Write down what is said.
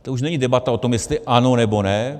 To už není debata o tom, jestli ano, nebo ne.